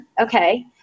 Okay